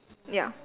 ya